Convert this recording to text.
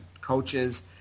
coaches